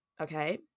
okay